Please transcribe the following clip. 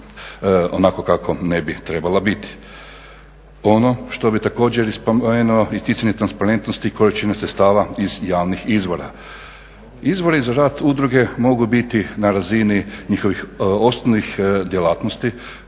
onako kako ne bi trebalo biti. Ono što bih također spomenuo isticanje transparentnosti količine sredstava iz javnih izvora. Izvori za rad udruge mogu biti na razini njihovih osnovnih djelatnosti,